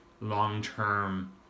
long-term